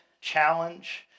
challenge